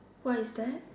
what is that